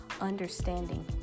understanding